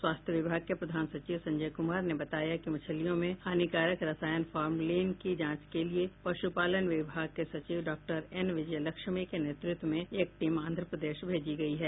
स्वास्थ्य विभाग के प्रधान सचिव संजय कुमार ने बताया कि मछलियों में हानिकारक रसायन फॉर्मलीन की जांच के लिए पशुपालन विभाग के सचिव डॉक्टर एन विजय लक्ष्मी के नेतृतव में एक टीम आंध्र प्रदेश भेजी गयी है